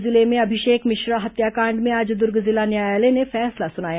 दुर्ग जिले में अभिषेक मिश्रा हत्याकांड में आज दुर्ग जिला न्यायालय ने फैसला सुनाया